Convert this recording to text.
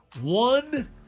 one